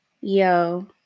Yo